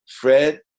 Fred